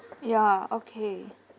ya okay